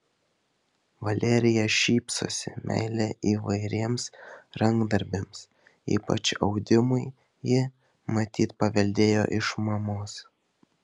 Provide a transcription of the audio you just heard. valerija šypsosi meilę įvairiems rankdarbiams ypač audimui ji matyt paveldėjo iš mamos